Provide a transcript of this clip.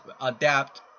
adapt